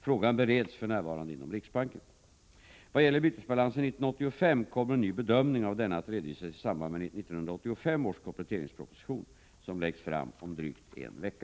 Frågan bereds för närvarande inom riksbanken. Vad gäller bytesbalansen 1985 kommer en ny bedömning av denna att redovisas i samband med 1985 års kompletteringsproposition, som läggs fram om drygt en vecka.